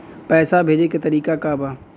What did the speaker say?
पैसा भेजे के तरीका का बा?